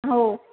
हो